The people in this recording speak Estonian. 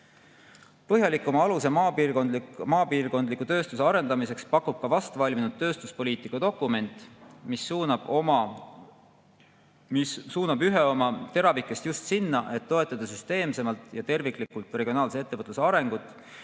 Põhjalikuma aluse maapiirkondades tööstuse arendamiseks pakub ka vast valminud tööstuspoliitika dokument, mis suunab ühe oma teravikest just sinna, et toetada süsteemsemalt ja terviklikult regionaalse ettevõtluse arengut